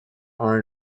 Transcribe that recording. are